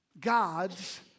God's